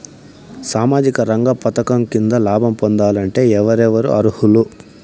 సామాజిక రంగ పథకం కింద లాభం పొందాలంటే ఎవరెవరు అర్హులు?